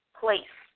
place